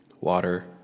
water